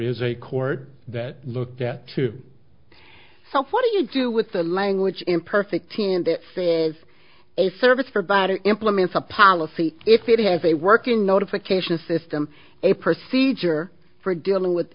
is a court that looked at two so what do you do with the language imperfect and it says a service provider implements a policy if it has a working notification system a procedure for dealing with